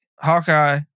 Hawkeye